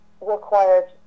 required